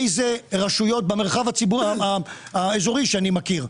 איזה רשויות נמצאות במרחב האזורי שאני מכיר.